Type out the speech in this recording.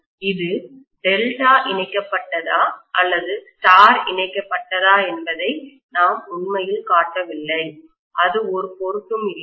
இது டெல்டா இணைக்கப்பட்டதா அல்லது ஸ்டார் இணைக்கப்பட்டதா என்பதை நான் உண்மையில் காட்டவில்லை அது ஒரு பொருட்டும் இல்லை